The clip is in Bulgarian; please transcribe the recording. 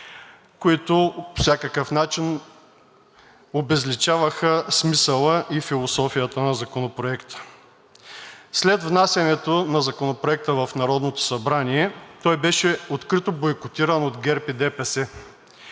които по всякакъв начин обезличаваха смисъла и философията на Законопроекта. След внасянето на Законопроекта в Народното събрание той беше открито бойкотиран от ГЕРБ и ДПС,